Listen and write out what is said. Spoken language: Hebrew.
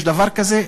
יש דבר כזה?